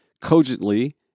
cogently